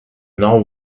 nord